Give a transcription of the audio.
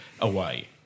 away